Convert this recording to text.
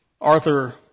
Arthur